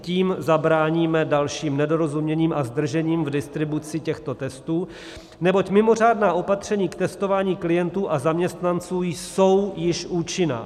Tím zabráníme dalším nedorozuměním a zdržením v distribuci těchto testů, neboť mimořádná opatření k testování klientů a zaměstnanců jsou již účinná.